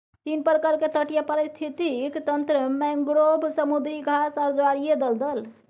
तीन प्रकार के तटीय पारिस्थितिक तंत्र मैंग्रोव, समुद्री घास आर ज्वारीय दलदल